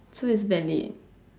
so it's valid